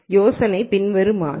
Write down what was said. யோசனை பின்வருமாறு